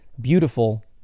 beautiful